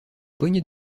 poignée